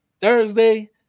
Thursday